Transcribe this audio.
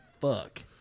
fuck